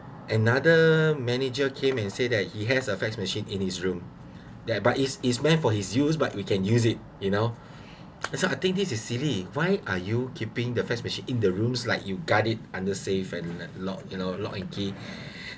another manager came and said that he has a fax machine in his room there but is is meant for his use but you can use it you know that's so I think this is silly why are you keeping the fax machine in the rooms like you guard it under safe and lock you know lock and key